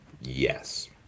Yes